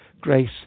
grace